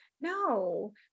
No